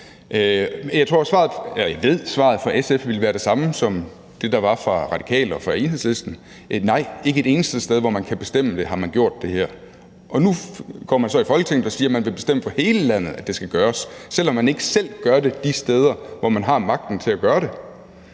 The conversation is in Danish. Jeg ved, at svaret fra SF ville være det samme, som det, der var fra Radikale og fra Enhedslisten, at nej, ikke et eneste sted, hvor man kan bestemme det, har man gjort det her. Nu går man så i Folketinget og siger, at man vil bestemme for hele landet, at det skal gøres, selv om man ikke selv gør det de steder, hvor man har magten til at gøre det.